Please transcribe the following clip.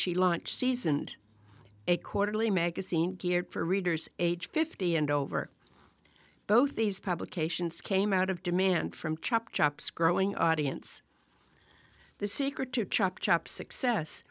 she launched seasoned a quarterly magazine geared for readers age fifty and over both these publications came out of demand from chop shops growing audience the secret to chop shop success